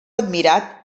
admirat